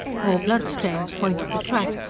more bloodstains pointed the track,